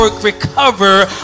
Recover